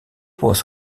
was